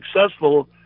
successful